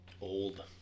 old